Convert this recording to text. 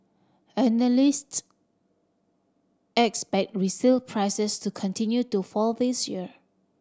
analysts expect resale prices to continue to fall this year